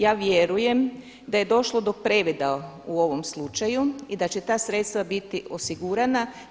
Ja vjerujem da je došlo do previda u ovom slučaju i da će ta sredstva biti osigurana.